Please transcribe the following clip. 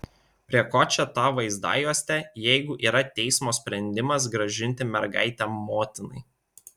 prie ko čia ta vaizdajuostė jeigu yra teismo sprendimas grąžinti mergaitę motinai